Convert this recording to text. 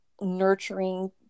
nurturing